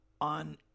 on